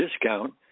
discount